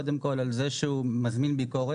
קודם כול על כך שהוא מזמין ביקורת,